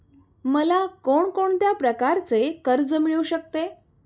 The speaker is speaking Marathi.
मला कोण कोणत्या प्रकारचे कर्ज मिळू शकते?